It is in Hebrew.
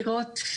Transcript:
דקירות,